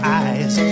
eyes